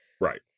right